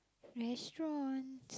restaurant